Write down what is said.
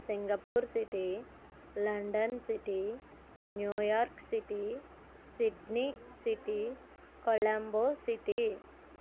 Singapore city London city New York City Sydney city Colombo city